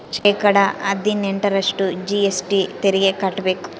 ಶೇಕಡಾ ಹದಿನೆಂಟರಷ್ಟು ಜಿ.ಎಸ್.ಟಿ ತೆರಿಗೆ ಕಟ್ಟ್ಬೇಕು